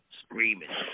screaming